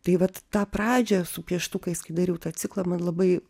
tai vat tą pradžią su pieštukais kai dariau tą ciklą man labai